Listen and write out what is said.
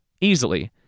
easily